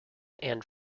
and